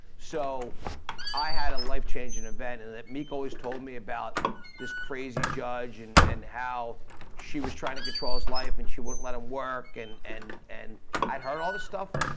so i had a life-changing event and that meek always told me about this crazy judge and and how she was trying to control his life and she wouldn't let him work and and i'd heard all the stuff,